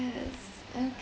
uh